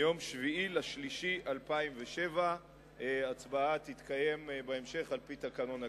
מיום 7 במרס 2007. הצבעה תתקיים בהמשך על-פי תקנון הכנסת.